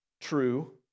true